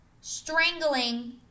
strangling